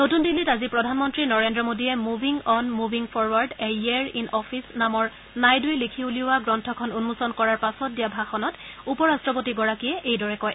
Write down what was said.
নতুন দিল্লীত আজি প্ৰধানমন্ত্ৰী নৰেন্দ্ৰ মোডীয়ে মুভীং অন মুভীং ফৰৱাৰ্ড ঃ এ ইয়েৰ ইন অফিচ নামৰ নাইডুৰে লিখি উলিওৱা গ্ৰন্থখন উন্মোচন কৰাৰ পাছত দিয়া ভাষণত উপ ৰাট্টপতিগৰাকীয়ে এইদৰে কয়